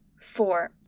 Four